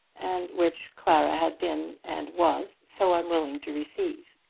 and which clara had been, and was, so unwilling to receive.